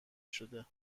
شده